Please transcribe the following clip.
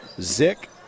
Zick